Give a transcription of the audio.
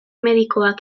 medikoak